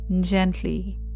gently